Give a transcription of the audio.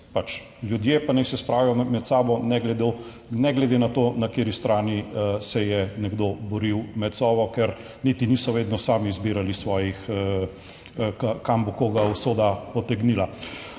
ljudje pa naj se spravijo med sabo ne glede ne glede na to, na kateri strani se je nekdo boril med Sovo, ker niti niso vedno sami izbirali svojih, kam bo koga usoda potegnila.